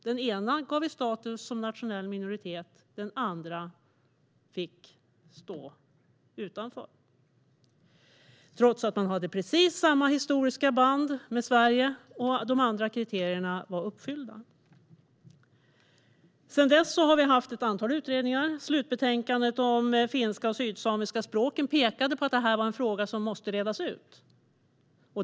Den ena gav vi status som nationell minoritet, men den andra fick stå utanför, trots att man hade precis samma historiska band till Sverige och de andra kriterierna var uppfyllda. Sedan dess har vi haft ett antal utredningar. Slutbetänkandet om de finska och sydsamiska språken pekade på att denna fråga måste redas ut.